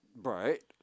Right